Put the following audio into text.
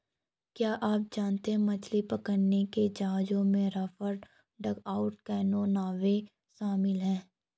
क्या आप जानते है मछली पकड़ने के जहाजों में राफ्ट, डगआउट कैनो, नावें शामिल है?